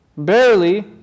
Barely